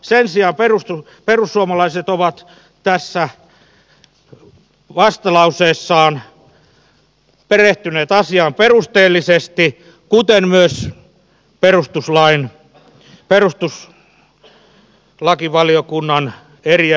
sen sijaan perussuomalaiset ovat tässä vastalauseessaan perehtyneet asiaan perusteellisesti kuten myös perustuslakivaliokunnan eriävässä mielipiteessään